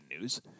news